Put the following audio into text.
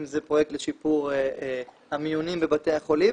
אם זה פרויקט לשיפור המיונים בבתי החולים